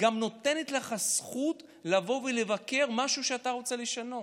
גם נותנת לך זכות לבוא ולבקר משהו שאתה רוצה לשנות.